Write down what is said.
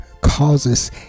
causes